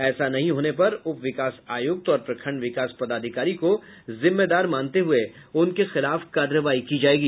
ऐसा नहीं होने पर उप विकास आयुक्त और प्रखंड विकास पदाधिकारी को जिम्मेदार मानते हुये उनके खिलाफ कार्रवाई की जायेगी